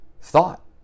thought